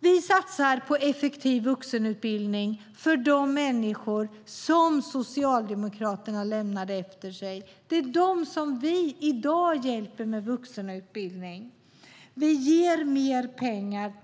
Vi satsar på effektiv vuxenutbildning för de människor som Socialdemokraterna lämnade efter sig. Det är dem vi i dag hjälper med vuxenutbildning. Vi ger mer pengar.